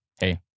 hey